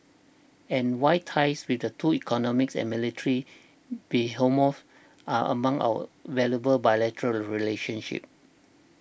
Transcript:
and why ties with the two economic and military behemoths are among our most valuable bilateral relationships